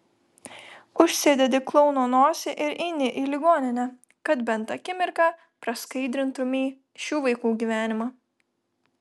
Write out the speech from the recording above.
užsidedi klouno nosį ir eini į ligoninę kad bent akimirką praskaidrintumei šių vaikų gyvenimą